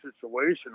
situation